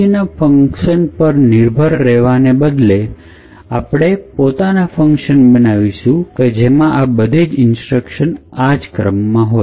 Libc ના function પર નિર્ભર રહેવાને બદલે આપણે પોતાના ફંકશન બનાવીશું કે જેમાં આ બધી જ ઇન્સ્ટ્રક્શન આ જ ક્રમમાં હોય